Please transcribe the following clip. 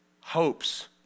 hopes